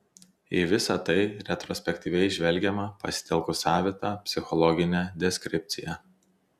į visa tai retrospektyviai žvelgiama pasitelkus savitą psichologinę deskripciją